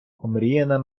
омріяна